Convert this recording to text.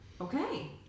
Okay